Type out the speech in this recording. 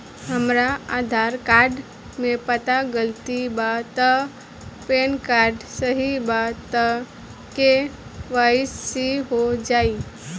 हमरा आधार कार्ड मे पता गलती बा त पैन कार्ड सही बा त के.वाइ.सी हो जायी?